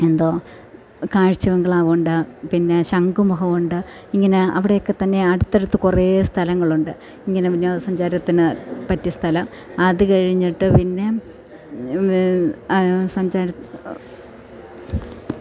എന്തോ കാഴ്ച്ച ബംഗ്ലാവുണ്ട് പിന്നെ ശംഖുമുഖമുണ്ട് ഇങ്ങനെ അവിടെയൊക്കെ തന്നെ അടുത്തടുത്ത് കുറേ സ്ഥലങ്ങളുണ്ട് ഇങ്ങനെ വിനോദസഞ്ചാരത്തിന് പറ്റിയ സ്ഥലം അതുകഴിഞ്ഞിട്ട് പിന്നെ സഞ്ചാര